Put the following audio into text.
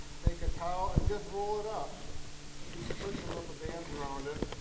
take a towel and just roll it up you can put some rubber bands around it,